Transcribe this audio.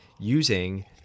using—